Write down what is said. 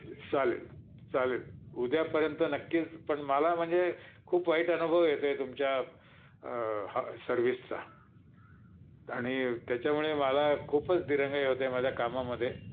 चालेल चालेल उद्यापर्यंत नक्कीच पण मला म्हणजे खूप वाईट अनुभव येतो आहे तुमच्या ह सर्विसचा आणि त्याच्यामुळे मला खूपच दिरंगाई होत आहे माझ्या कामामध्ये